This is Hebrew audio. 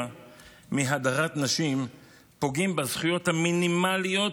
מהדרת נשים פוגעים בזכויות המינימליות